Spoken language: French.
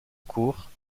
kure